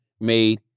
made